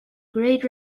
great